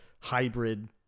Hybrid